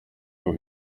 meu